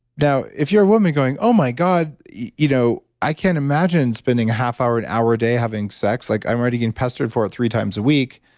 now, if you're a woman going, oh my god, you know i can't imagine spending half hour an hour a day having sex. like i'm already getting pestered for three times a week.